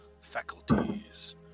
faculties